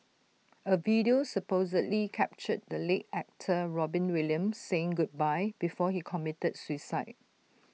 A video supposedly captured the late actor Robin Williams saying goodbye before he committed suicide